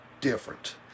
different